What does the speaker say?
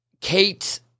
Kate